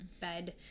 bed